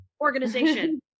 Organization